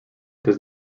does